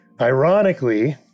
ironically